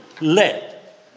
Let